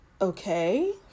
okay